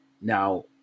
Now